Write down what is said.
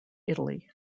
italy